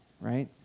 right